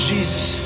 Jesus